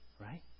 Right